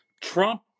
Trump